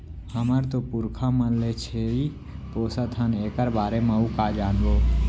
हमर तो पुरखा मन ले छेरी पोसत हन एकर बारे म अउ का जानबो?